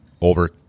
over